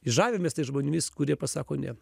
žavimės tais žmonėmis kurie pasako ne